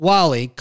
Wally